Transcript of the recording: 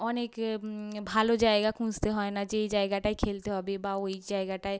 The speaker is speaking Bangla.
অনেকে ভালো জায়গা খুঁজতে হয় না যে এই জায়গাটায় খেলতে হবে বা ওই জায়গাটায়